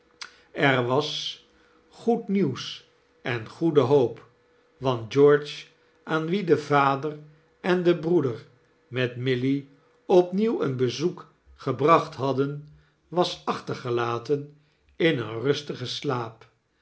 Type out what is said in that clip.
ear was goed nieuws en goede hoop want george aan wien de vader en de broeder met milly opnieuw een bezoek gebracht hadden was achtergelaten in een rustigen slaap